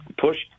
pushed